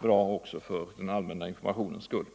bra också för den allmänna informationens skull.